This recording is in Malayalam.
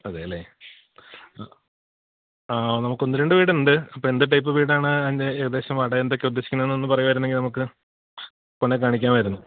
അതേല്ലേ നമുക്കൊന്ന് രണ്ട് വീട് ഉണ്ട് അപ്പം എന്ത് ടൈപ്പ് വീടാണ് ഏകദേശം വാടക എന്തൊക്കെ ഉദ്ദേശിക്കുന്നത് എന്നൊന്ന് പറയുകയായിരുന്നെങ്കിൽ നമുക്ക് കൊണ്ടുപോയി കാണിക്കാമായിരുന്നു